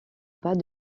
pas